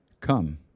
Come